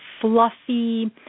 fluffy